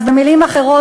אז במילים אחרות,